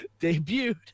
debuted